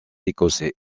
écossais